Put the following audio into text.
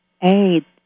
Hey